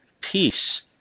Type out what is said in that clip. peace